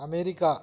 America